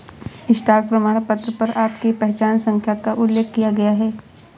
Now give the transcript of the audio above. stock प्रमाणपत्र पर आपकी पहचान संख्या का उल्लेख किया गया है